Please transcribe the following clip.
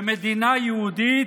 ומדינה יהודית,